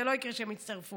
זה לא יקרה שהם יצטרפו.